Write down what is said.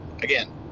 again